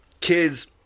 kids